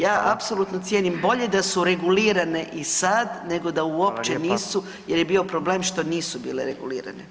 Ja apsolutno cijenim bolje da su regulirane i sad nego da uopće nisu jer je bio problem što nisu bile regulirane.